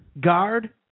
Guard